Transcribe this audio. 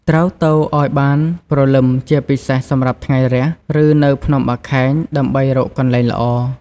ត្រូវ ទៅឲ្យបានព្រលឹម ជាពិសេសសម្រាប់ថ្ងៃរះ ឬនៅភ្នំបាខែង ដើម្បីរកកន្លែងល្អ។